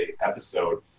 episode